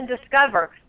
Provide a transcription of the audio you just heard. discover